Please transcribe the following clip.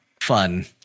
fun